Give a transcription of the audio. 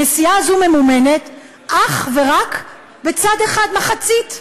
הנסיעה הזאת ממומנת אך ורק בצד אחד, מחצית.